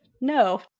no